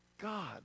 God